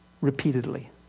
repeatedly